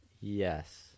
Yes